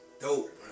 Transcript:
dope